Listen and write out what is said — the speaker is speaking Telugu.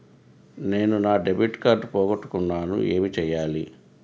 నేను నా డెబిట్ కార్డ్ పోగొట్టుకున్నాను ఏమి చేయాలి?